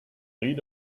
lead